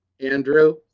Andrew